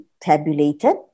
tabulated